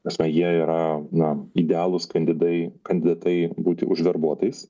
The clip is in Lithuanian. ta prasme jie yra na idealūs kandidai kandidatai būti užverbuotais